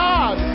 God